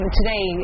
today